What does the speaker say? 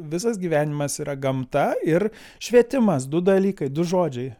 visas gyvenimas yra gamta ir švietimas du dalykai du žodžiai